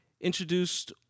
introduced